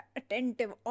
attentive